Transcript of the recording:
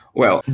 well,